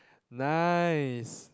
nice